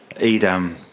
Edam